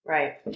Right